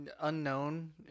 unknown